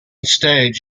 stage